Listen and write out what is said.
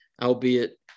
albeit